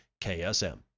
KSM